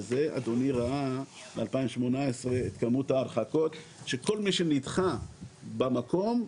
אדוני ראה ב-2018 את כמות ההרחקות שכל מי שנדחה במקום,